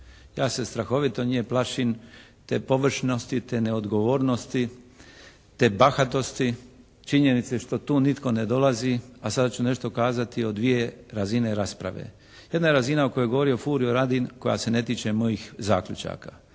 Ja se strahovito nje plašim, te površnosti, te neodgovornosti, te bahatosti, činjenice što tu nitko ne dolazi a sada ću nešto kazati o dvije razine rasprave. Jedna je razina koju je govorio Furio Radin koja se ne tiče mojih zaključaka,